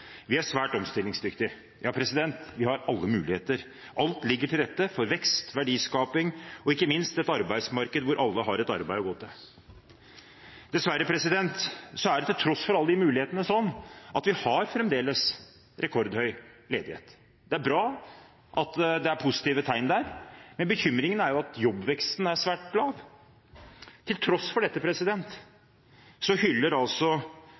vi er svært omstillingsdyktige. Ja, vi har alle muligheter. Alt ligger til rette for vekst, verdiskaping og ikke minst et arbeidsmarked der alle har et arbeid å gå til. Dessverre er det til tross for alle de mulighetene sånn at vi fremdeles har rekordhøy ledighet. Det er bra at det er positive tegn der, men bekymringen er at jobbveksten er svært lav. Til tross for dette hyller altså